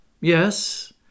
yes